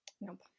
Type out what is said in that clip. nope